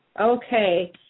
Okay